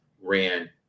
ran